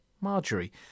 Marjorie